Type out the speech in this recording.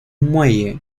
muelle